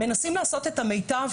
מנסים לעשות את המיטב.